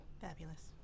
Fabulous